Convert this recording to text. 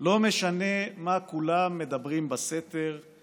לא משנה מה כולם מדברים בסתר /